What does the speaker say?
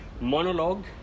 monologue